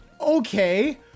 Okay